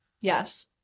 Yes